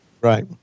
Right